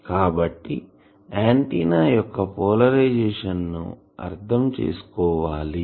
కాబట్టి ఆంటిన్నా యొక్క పోలరైజేషన్ ను అర్ధం చేసుకోవాలి